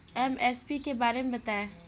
MSP के बारे में बतायें?